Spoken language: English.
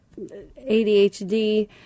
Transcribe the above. ADHD